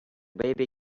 baby